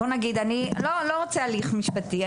נניח והוא לא רוצה הליך משפטי.